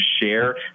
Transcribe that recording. share